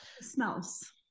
smells